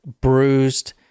bruised